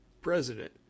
president